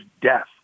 death